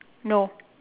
no